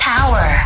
Power